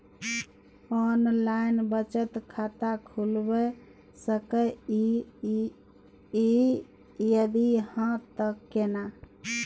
Online बचत खाता खुलै सकै इ, यदि हाँ त केना?